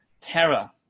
terror